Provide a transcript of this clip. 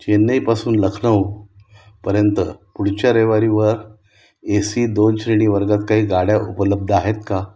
चेन्नईपासून लखनौ पर्यंत पुढच्या रविवारीवर ए सी दोन श्रेणी वर्गात काही गाड्या उपलब्ध आहेत का